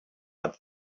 but